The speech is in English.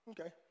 Okay